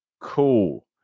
Cool